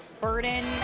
burden